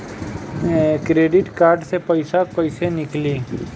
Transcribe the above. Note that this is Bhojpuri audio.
क्रेडिट कार्ड से पईसा केइसे निकली?